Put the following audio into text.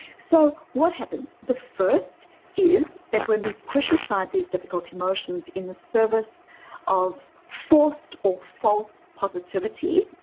so what happens? the first is that when we push aside these difficult emotions in the service of forced or false positivity,